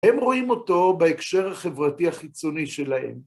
הם רואים אותו בהקשר החברתי החיצוני שלהם.